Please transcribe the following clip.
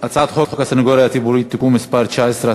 הצעת חוק הסנגוריה הציבורית (תיקון מס' 19),